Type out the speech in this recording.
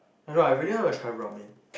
I don't know I really want to try ramen